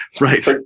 Right